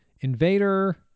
Invader